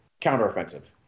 counteroffensive